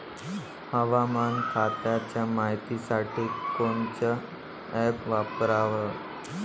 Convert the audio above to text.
हवामान खात्याच्या मायतीसाठी कोनचं ॲप वापराव?